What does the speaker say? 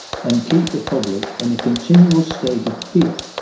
and keep the public in a continual state of fear,